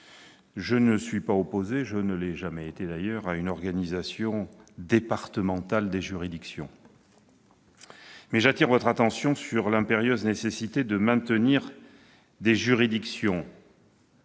Je ne suis pas opposé- je ne l'ai jamais été -à une organisation départementale des juridictions, mais j'attire votre attention sur l'impérieuse nécessité de maintenir des juridictions